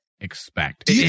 expect